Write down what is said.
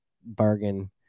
bargain